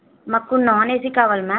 మాకు non AC కావాలి ma'am